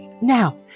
Now